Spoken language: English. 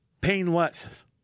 painless